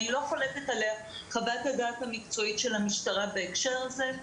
אני לא חולקת על חוות הדעת המקצועית של המשטרה בהקשר הזה.